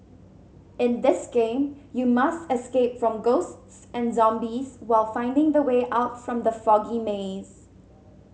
in this game you must escape from ghosts and zombies while finding the way out from the foggy maze